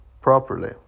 properly